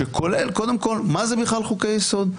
קודם כל, מה זה בכלל חוקי יסוד?